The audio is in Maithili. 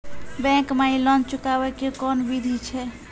बैंक माई लोन चुकाबे के कोन बिधि छै?